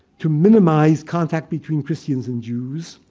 to minimize contact between christians and jews.